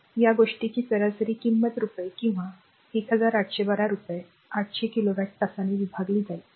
तर या गोष्टीची सरासरी किंमत रुपये किंवा 1812 रुपये 800 किलोवॅट तासाने विभागली जाईल